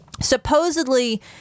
Supposedly